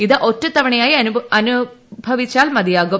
ഇത് ഒറ്റത്തവണയായി അനുഭവിച്ചാൽ മതിയാകും